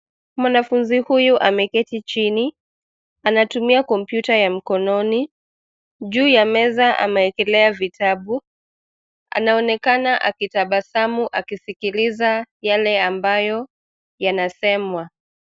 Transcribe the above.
Mwanafunzi huyu ameketi chini. Anatumia kompyuta ya mkononi. Juu ya meza ameekelea vitabu. Anaonekana akitabasamu akiskiliza yale ambayo yanasemwa.